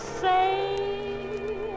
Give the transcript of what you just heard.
say